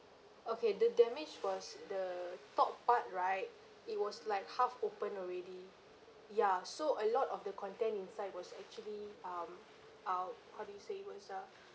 okay the damage was the top part right it was like half opened already ya so a lot of the content inside was actually um out how do you say it was uh